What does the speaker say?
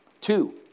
Two